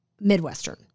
Midwestern